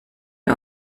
wir